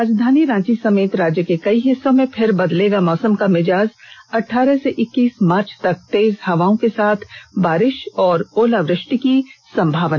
राजधानी रांची समेत राज्य के कई हिस्सों में फिर बदलेगा मौसम का मिजाज अठारह से इक्कीस मार्च तक तेज हवा के साथ बारिष और ओलावृष्टि की संभावना